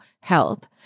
health